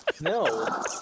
No